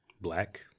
Black